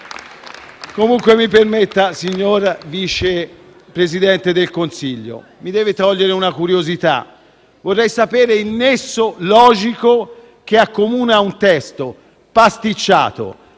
PD)*. Mi permetta, signor Vice Presidente del Consiglio, mi deve togliere una curiosità: vorrei sapere qual è il nesso logico che accomuna un testo pasticciato,